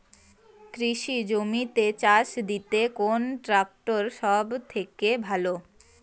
কৃষি জমিতে চাষ দিতে কোন ট্রাক্টর সবথেকে ভালো?